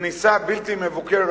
כניסה בלתי מבוקרת,